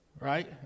Right